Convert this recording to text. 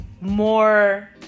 more